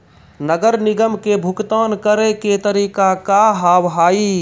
नगर निगम के भुगतान करे के तरीका का हाव हाई?